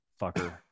fucker